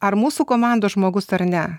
ar mūsų komandos žmogus ar ne